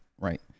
Right